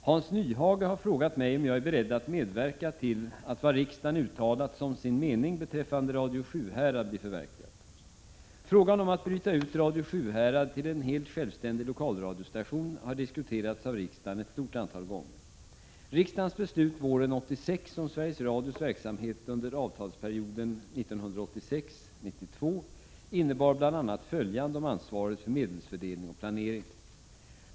Herr talman! Hans Nyhage har frågat mig om jag är beredd att medverka till att vad riksdagen uttalat som sin mening beträffande Radio Sjuhärad blir förverkligat. Frågan om att bryta ut Radio Sjuhärad till en helt självständig lokalradiostation har diskuterats av riksdagen ett stort antal gånger. Riksdagens beslut våren 1986 om Sveriges Radios verksamhet under avtalsperioden 1986-1992 innebar bl.a. följande om ansvaret för medelsfördelning och planering.